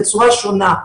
בצורה שונה.